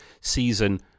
season